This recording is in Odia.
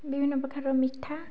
ବିଭିନ୍ନପ୍ରକାରର ମିଠା